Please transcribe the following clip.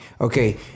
Okay